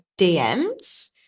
DMs